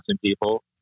people